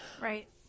Right